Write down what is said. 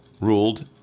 ruled